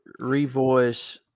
Revoice